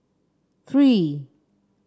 three